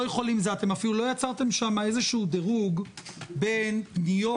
אפילו לא יצרתם שם דירוג בין פניות